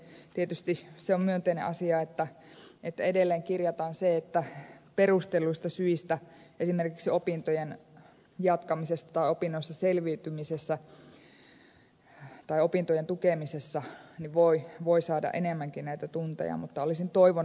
sitten tietysti se on myönteinen asia että edelleen kirjataan se että perustelluista syistä esimerkiksi opintojen jatkamisessa tai opinnoista selviytymisessä tai opintojen tukemisessa voi saada enemmänkin näitä tunteja mutta olisi toivon